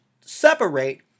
separate